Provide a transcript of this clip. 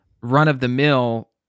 run-of-the-mill